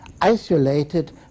isolated